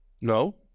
No